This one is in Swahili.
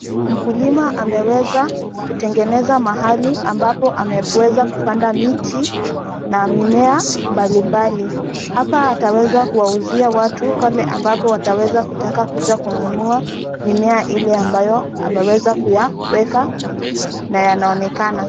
Mkulima ameweza kutegeneza mahali ambapo ameweza kupanda miti na mimea mbalimbali. Hapa ataweza kuwauzia watu pale ambapo wataweza kutaka kuja kununua mimea ile ambayo ameweza kuyaweka na inaonekana.